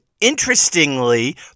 interestingly